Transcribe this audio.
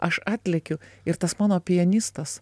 aš atlekiu ir tas mano pianistas